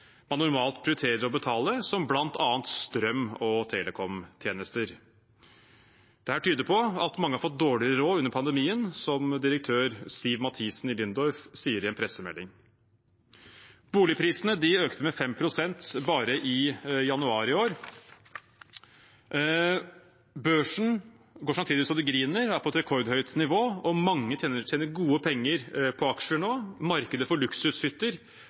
man normalt prioriterer å betale, som bl.a. strøm og telekomtjenester. Dette tyder på at mange har fått dårligere råd under pandemien, som direktør Siv Hjellegjerde Martinsen i Lindorff sier i en pressemelding. Boligprisene økte med 5 pst. bare i januar i år. Børsen går samtidig så det griner og er på et rekordhøyt nivå, og mange tjener gode penger på aksjer nå. Markedet for luksushytter